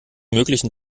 möglichen